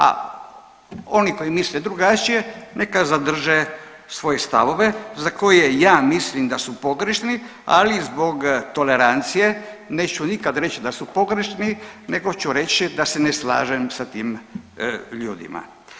A oni koji misle drugačije neka zadrže svoje stavove za koje ja mislim da su pogrešni ali zbog tolerancije neću nikad reći da su pogrešni, nego ću reći da se ne slažem sa tim ljudima.